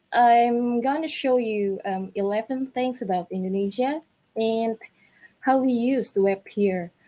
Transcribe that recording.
i'm going to show you eleven things about indonesia and how we use the web here.